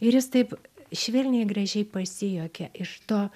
ir jis taip švelniai gražiai pasijuokė iš to